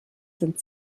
sind